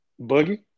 Boogie